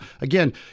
again